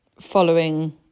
following